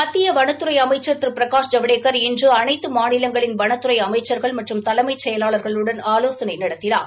மத்திய வனத்துறை அமைச்சர் திரு பிரகாஷ் ஜவடேக்கர் இன்று அனைத்து மாநிலங்களின் வனத்துறை அமைச்சர்கள் மற்றும் தலைமைச் செயலாளர்களுடன் ஆலோசனை நடத்தினார்